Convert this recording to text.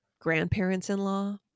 grandparents-in-law